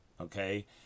Okay